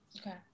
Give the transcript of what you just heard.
Okay